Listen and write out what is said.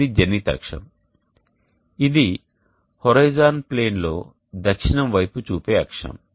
ఇది జెనిత్ అక్షం ఇది హోరిజోన్ ప్లేన్లో దక్షిణం వైపు చూపే అక్షం